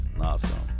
Awesome